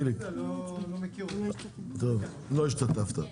לא השתתף,